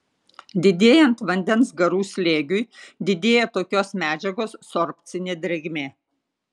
didėjant vandens garų slėgiui didėja tokios medžiagos sorbcinė drėgmė